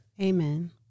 Amen